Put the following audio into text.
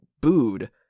booed